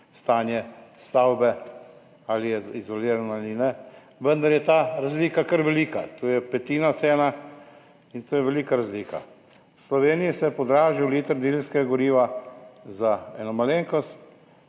stanje stavbe, ali je izolirana ali ne, vendar je ta razlika kar velika, to je petina cene, to je velika razlika. V Sloveniji se je podražil liter dizelskega goriva za malenkost.